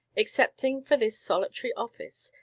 excepting for this solitary office,